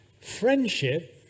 Friendship